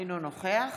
אינו נוכח